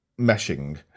meshing